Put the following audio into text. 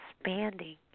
expanding